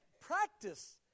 practice